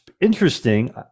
interesting